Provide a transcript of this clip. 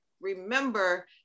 remember